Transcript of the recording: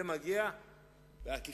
זה מגיע בעקיפין,